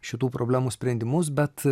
šitų problemų sprendimus bet